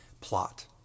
Plot